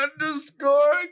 underscore